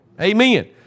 Amen